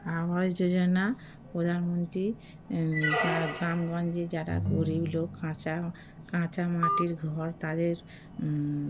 আবাস যোজনা প্রধানমন্ত্রী যা গ্রাম গঞ্জে যারা গরিব লোক কাঁচা কাঁচা মাটির ঘর তাদের